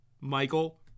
Michael